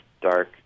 dark